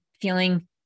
feeling